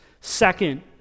Second